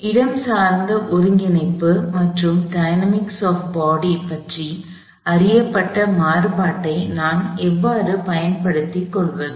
இடஞ்சார்ந்த ஒருங்கிணைப்பு மற்றும் டயனாமிக்ஸ் ஆப் பாடி பற்றி அறியப்பட்ட மாறுபாட்டை நான் எவ்வாறு பயன்படுத்திக் கொள்வது